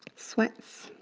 sweats